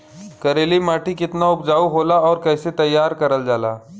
करेली माटी कितना उपजाऊ होला और कैसे तैयार करल जाला?